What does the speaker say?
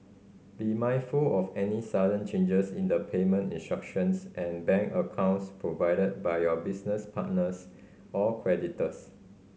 be mindful of any sudden changes in the payment instructions and bank accounts provided by your business partners or creditors